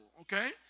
okay